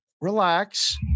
relax